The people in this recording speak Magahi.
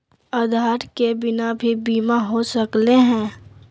आधार के बिना भी बीमा हो सकले है?